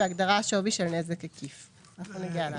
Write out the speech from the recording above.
בהגדרה "שווי של נזק עקיף"; אנחנו נגיע אליה.